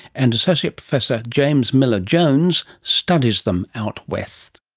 and associate professor james miller-jones studies them out west.